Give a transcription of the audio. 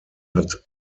hat